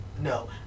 No